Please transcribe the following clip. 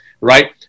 right